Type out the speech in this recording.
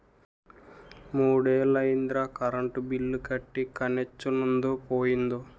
మూడ్నెల్లయ్యిందిరా current bill కట్టీ కనెచ్చనుందో పోయిందో